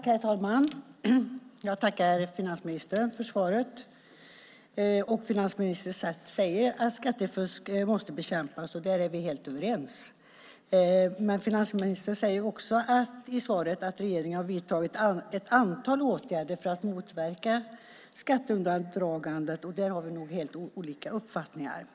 Herr talman! Jag tackar finansministern för svaret. Finansministern säger att skattefusk måste bekämpas, och där är vi helt överens. Finansministern säger också i svaret att regeringen har vidtagit ett antal åtgärder för att motverka skatteundandragandet, och där har vi nog helt olika uppfattningar.